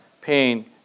pain